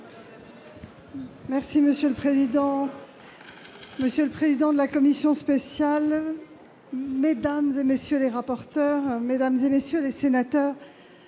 Monsieur le président, monsieur le président de la commission spéciale, mesdames, messieurs les rapporteurs, mesdames, messieurs les sénateurs,